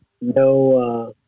No